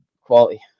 quality